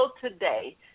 today